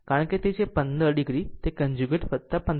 તે તે છે કારણ કે તે છે 15 o તે કન્જુગેટ 15 o છે